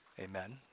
amen